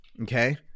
Okay